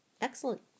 excellent